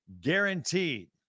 guaranteed